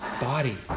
body